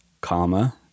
comma